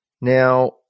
Now